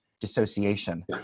dissociation